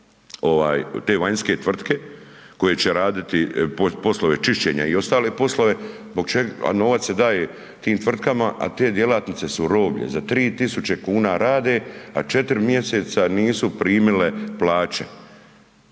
te vanjske tvrtke koje će raditi poslove čišćenja i ostale poslove, a novac se daje tim tvrtkama, a te djelatnice su roblje, za 3.000,00 kn, a 4 mjeseca nisu primile plaće